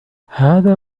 هذا